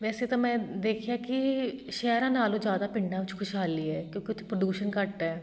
ਵੈਸੇ ਤਾਂ ਮੈਂ ਦੇਖਿਆ ਕਿ ਸ਼ਹਿਰਾਂ ਨਾਲੋਂ ਜ਼ਿਆਦਾ ਪਿੰਡਾਂ ਵਿੱਚ ਖੁਸ਼ਹਾਲੀ ਹੈ ਕਿਉਂਕਿ ਉੱਥੇ ਪ੍ਰਦੂਸ਼ਣ ਘੱਟ ਹੈ